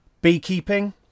Beekeeping